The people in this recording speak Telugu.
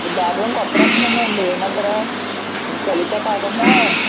ఈ బ్యాగులు కొత్తరకమున్నాయండీ ఇవ్వమంటారా లలితా కాకుండా